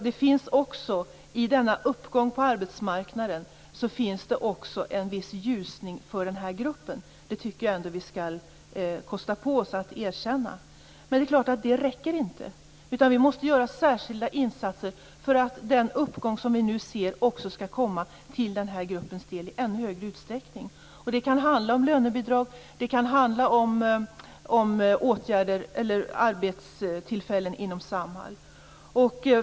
Det finns också i denna uppgång på arbetsmarknaden en viss ljusning för den här gruppen. Det tycker jag att vi skall kosta på oss att erkänna. Men det är klart att det inte räcker. Vi måste göra särskilda insatser för att den uppgång som vi nu ser också skall komma den här gruppen till del i ännu högre utsträckning. Det kan handla om lönebidrag, det kan handla om arbetstillfällen inom Samhall.